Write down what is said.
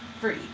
free